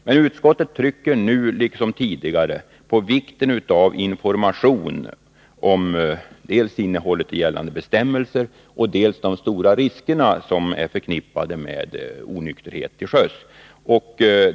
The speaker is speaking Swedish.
Men utskottet trycker nu liksom tidigare på vikten av information om dels innehållet i gällande bestämmelser, dels de stora risker som är förknippade med onykterhet till sjöss.